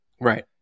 Right